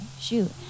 shoot